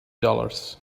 dollars